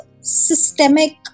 systemic